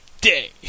day